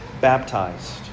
baptized